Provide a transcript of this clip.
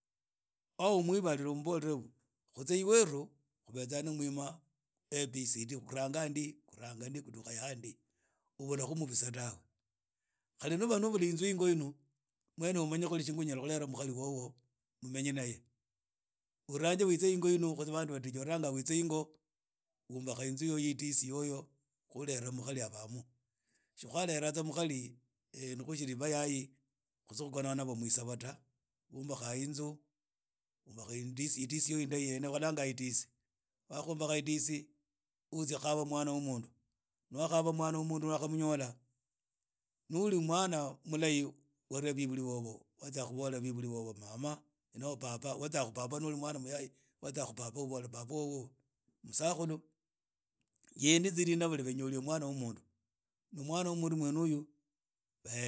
umwibalile umbole kutse iweru khubetsa na mwima abcd khutanga ndi khutanga ndi khudukha ndi obula khumubisa tawe khali ni uba ubula inzu ingo ino mwne umanye tsi khumanya umenye naye uranje utsi ingo inu wombakha inzu yoyo idisi yoyo khu ulerha mukhari abamu tsi ukalera tsa mukhari utsa ukhona naye mwitsaba ta wumbakha inzu wumbakha idisi wakhaumbakha idisi uleta mwana wo mundu ni wakhakhaba mwana wo mundu ni wakhanyola ni uli mwana mulahi watsia khubola bibuli bobo maama inoho baba. noli mwana muyayim watsia khu baba wobo musakhulu njendi nyole mwana wo mundu na mwan wa mundu wene uyu